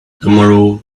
tomorrow